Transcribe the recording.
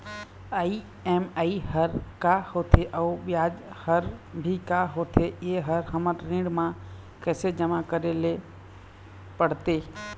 EMI हर का होथे अऊ ब्याज हर भी का होथे ये हर हमर ऋण मा कैसे जमा करे ले पड़ते?